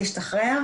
שאמרה לירון.